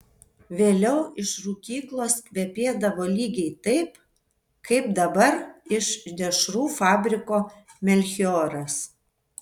vėliau iš rūkyklos kvepėdavo lygiai taip kaip dabar iš dešrų fabriko melchioras